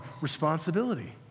responsibility